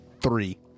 Three